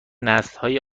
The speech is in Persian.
نسلهای